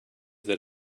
that